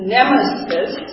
Nemesis